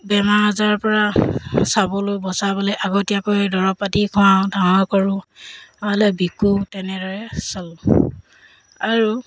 বেমাৰ আজাৰৰপৰা চাবলৈ বচাবলৈ আগতীয়াকৈ দৰৱ পাতি খুৱাওঁ ডাঙৰ কৰোঁ নহ'লে বিকো তেনেদৰে চলোঁ আৰু